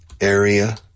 area